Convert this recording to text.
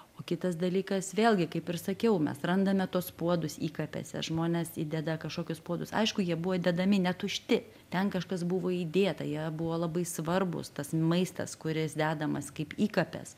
o kitas dalykas vėlgi kaip ir sakiau mes randame tuos puodus įkapėse žmonės įdeda kažkokius puodus aišku jie buvo dedami ne tušti ten kažkas buvo įdėta ją buvo labai svarbūs tas maistas kuris dedamas kaip įkapės